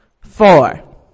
four